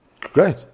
Great